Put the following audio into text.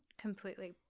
completely